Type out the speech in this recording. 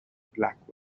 black